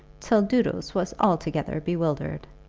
till doodles was altogether bewildered.